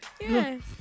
Yes